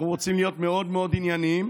אנחנו רוצים להיות מאוד מאוד ענייניים,